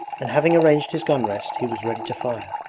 and having arranged his gun-rest he was ready to fire.